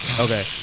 Okay